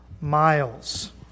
miles